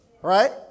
Right